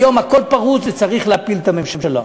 היום הכול פרוץ, וצריך להפיל את הממשלה.